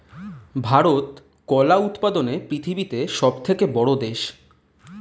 ভারত কলা উৎপাদনে পৃথিবীতে সবথেকে বড়ো দেশ